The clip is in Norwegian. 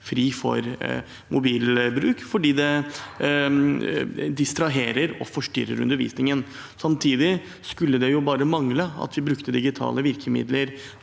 frie for mobilbruk fordi det distraherer og forstyrrer undervisningen. Samtidig skulle det bare mangle at vi bruker digitale virkemidler